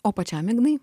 o pačiam ignai